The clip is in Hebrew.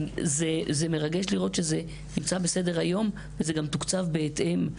זה מרגש לראות שזה נמצא בסדר-היום וזה גם תוקצב בהתאם.